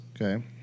Okay